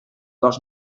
dos